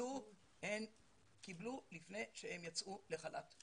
קיבלו לפני שהן יצאו לחל"ת.